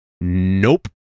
Nope